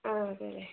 ആഹ് അതെ അതെ